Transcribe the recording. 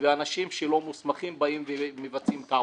ואנשים שלא מוסמכים באים ומבצעים את העבודה.